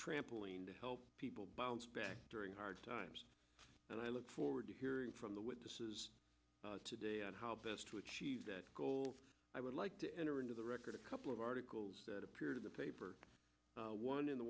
trampoline to help people bounce back during hard times and i look forward to hearing from the witnesses today on how best to achieve that goal i would like to enter into the record a couple of articles that appeared in the paper one in the